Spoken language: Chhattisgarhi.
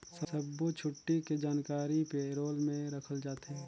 सब्बो छुट्टी के जानकारी पे रोल में रखल जाथे